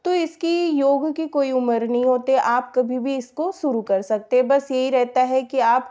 तो इसकी योग की कोई उम्र नहीं होती आप कभी भी इसको शुरू कर सकते हो बस यही रहता है कि आप